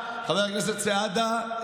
חבר הכנסת סעדה,